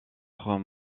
trois